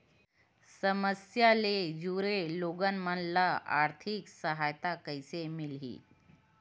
समस्या ले जुड़े लोगन मन ल आर्थिक सहायता कइसे मिलही?